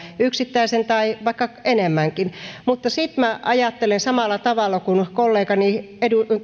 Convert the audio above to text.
yksittäisen tai vaikka enemmänkin mutta sitten minä ajattelen samalla tavalla kuin kollegani